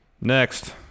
next